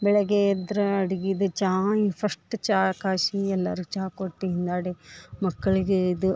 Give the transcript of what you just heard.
ಬೆಳಗ್ಗೆ ಎದ್ರ ಅಡ್ಗಿದ ಚಾ ಈಗ ಫಸ್ಟ್ ಚಾ ಕಾಸಿ ಎಲ್ಲರು ಚಾ ಕೊಟ್ಟಿಗೆ ನಡೆ ಮಕ್ಕಳಿಗೆ ಇದ